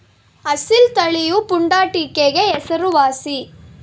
ಅಸೀಲ್ ತಳಿಯು ಪುಂಡಾಟಿಕೆಗೆ ಹೆಸರುವಾಸಿ